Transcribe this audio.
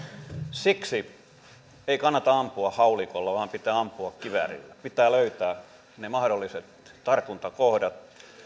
siksi ei kannata ampua haulikolla vaan pitää ampua kiväärillä pitää löytää ne mahdolliset tartuntakohdat